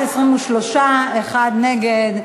בעד, 23, אחד נגד,